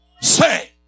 say